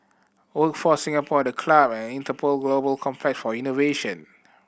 Workforce Singapore The Club and Interpol Global Complex for Innovation